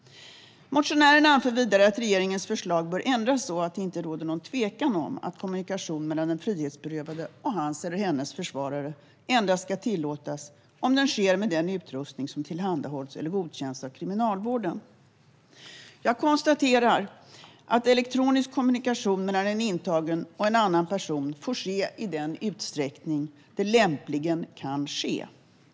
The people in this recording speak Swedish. Motionärerna anför vidare att regeringens förslag bör ändras så att det inte råder någon tvekan om att kommunikation mellan den frihetsberövade och hans eller hennes försvarare endast ska tillåtas om den sker med den utrustning som tillhandahålls eller godkänns av Kriminalvården. Jag konstaterar att elektronisk kommunikation mellan en intagen och en annan person får ske i den utsträckning den lämpligen kan ske.